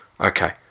okay